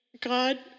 God